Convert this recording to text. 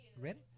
Ready